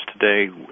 today